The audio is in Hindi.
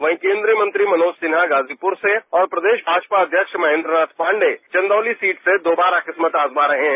वहीं केन्द्रीय मंत्री मनोज सिन्हा गाजीपुर से और प्रदेश भाजपा अध्यक्ष महेन्द्र नाथ पांडे चंदौली सीट से दोबारा किस्मत आजमा रहे हैं